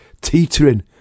teetering